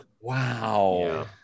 Wow